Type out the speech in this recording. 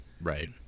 Right